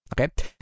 Okay